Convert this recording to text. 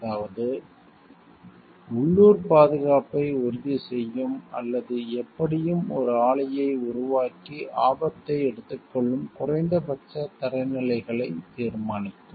அதாவது உள்ளூர் பாதுகாப்பை உறுதிசெய்யும் அல்லது எப்படியும் ஒரு ஆலையை உருவாக்கி ஆபத்தை எடுத்துக்கொள்ளும் குறைந்தபட்ச தரநிலைகளைத் தீர்மானிக்கும்